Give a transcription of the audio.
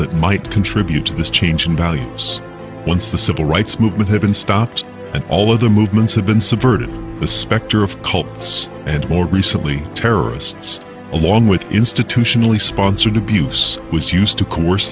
that might contribute to this change in values once the civil rights movement has been stopped and all of the movements have been subverted the specter of cults and more recently terrorists along with institutionally sponsored abuse was used to co